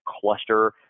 cluster